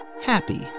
Happy